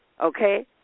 Okay